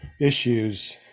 issues